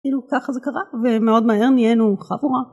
כאילו ככה זה קרה ומאוד מהר נהיינו חבורה.